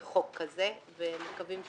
בחוק כזה ומקווים שהוא יסתיים.